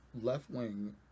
left-wing